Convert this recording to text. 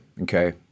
okay